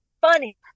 funny